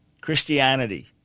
Christianity